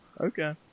Okay